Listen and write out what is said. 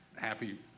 happy